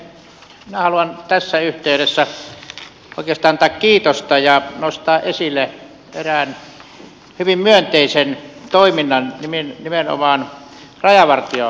minä haluan tässä yh teydessä oikeastaan antaa kiitosta ja nostaa esille erään hyvin myönteisen toiminnan nimenomaan rajavartiolaitoksen osalta